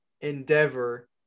Endeavor